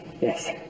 Yes